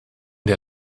der